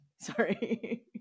Sorry